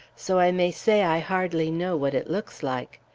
so i may say i hardly know what it looks like.